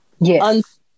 yes